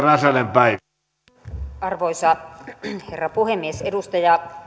arvoisa herra puhemies edustaja